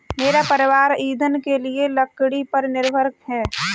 मेरा परिवार ईंधन के लिए लकड़ी पर निर्भर है